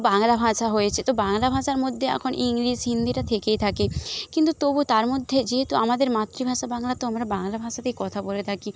বাংলা ভাষা হয়েছে তো বাংলা ভাষার মধ্যে এখন ইংলিশ হিন্দিটা থেকেই থাকে কিন্তু তবু তার মধ্যে যেহেতু আমাদের মাতৃভাষা বাংলা তো আমরা বাংলা ভাষাতেই কথা বলে থাকি